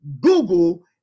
Google